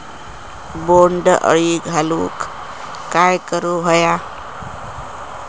बोंड अळी घालवूक काय करू व्हया?